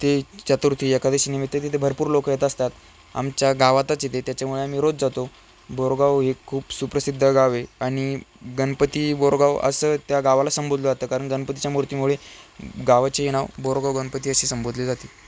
ते चतुर्थी एकादशीनिमित्त तिथं भरपूर लोक येत असतात आमच्या गावातच आहे ते त्याच्यामुळं आम्ही रोज जातो बोरगाव हे खूप सुप्रसिद्ध गाव आहे आणि गणपती बोरगाव असं त्या गावाला संबोधलं जातं कारण गणपतीच्या मूर्तीमुळे गावाचे नाव बोरगाव गणपती असे संबोधले जाते